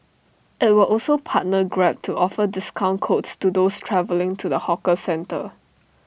IT will also partner grab to offer discount codes to those travelling to the hawker centre